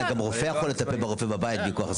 אבל גם רופא יכול לטפל בחולה בבית מכוח הסמכה,